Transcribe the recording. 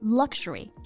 luxury